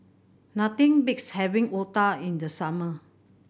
nothing beats having otah in the summer